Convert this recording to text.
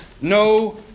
no